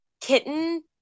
kitten